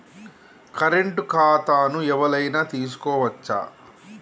Current ఖాతాను ఎవలైనా తీసుకోవచ్చా?